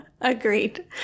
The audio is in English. agreed